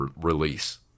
release